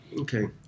Okay